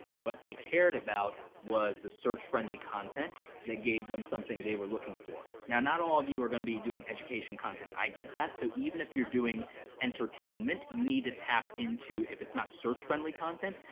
what they cared about was the search-friendly content that gave them something they were looking for. now, not all of you are gonna be doing education content, i get that, so even if you're doing entertainment, you need to tap into, if it's not search friendly content,